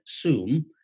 Zoom